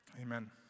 Amen